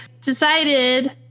decided